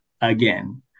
again